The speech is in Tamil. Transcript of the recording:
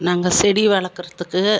நாங்கள் செடி வளர்க்குறதுக்கு